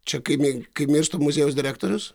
čia kai mi kaip miršta muziejaus direktorius